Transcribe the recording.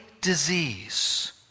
disease